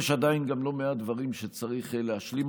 יש עדיין גם לא מעט דברים שצריך להשלים.